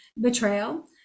betrayal